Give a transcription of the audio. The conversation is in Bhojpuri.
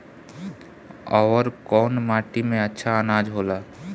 अवर कौन माटी मे अच्छा आनाज होला?